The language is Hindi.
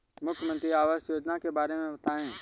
मुख्यमंत्री आवास योजना के बारे में बताए?